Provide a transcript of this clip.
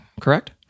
correct